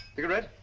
cigarette?